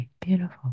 Beautiful